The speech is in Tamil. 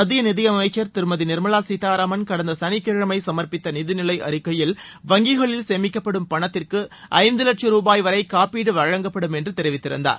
மத்திய நிதியமைச்சர் திருமதி நிர்மலா சீதாராமன் கடந்த சனிக்கிழமை சமர்ப்பித்த நிதிநிலை அறிக்கையில் வங்கிகளில் சேமிக்கப்படும் பணத்திற்கு ஐந்து வட்ச ரூபாய் வரை காப்பீடு வழங்கப்படும் என்று தெரிவித்திருந்தார்